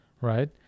right